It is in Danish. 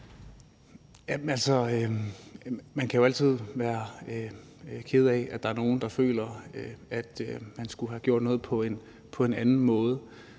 Man kan jo altid være ked af, at der er nogen, der føler, at man skulle have gjort noget på en anden måde.